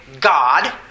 God